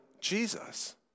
Jesus